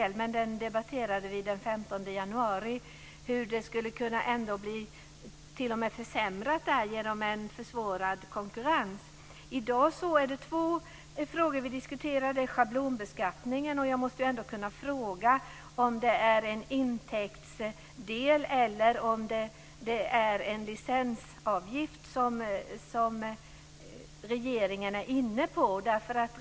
Den 15 januari debatterade vi hur en försvårad konkurrens skulle kunna innebära en försämring. I dag diskuterar vi två frågor, bl.a. schablonbeskattningen. Jag måste kunna fråga om regeringen är inne på en lösning med en intäktsdel eller en licensavgift.